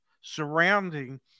surrounding